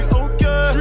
okay